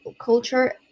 culture